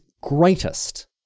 greatest